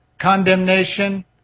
condemnation